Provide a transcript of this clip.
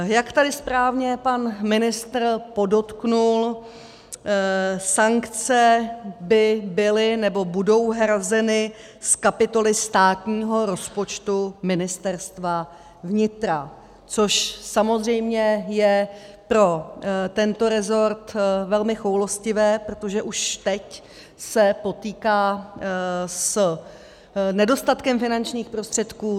Jak tady správně pan ministr podotkl, sankce by byly, nebo budou hrazeny z kapitoly státního rozpočtu Ministerstva vnitra, což samozřejmě je pro tento rezort velmi choulostivé, protože už teď se potýká s nedostatkem finančních prostředků.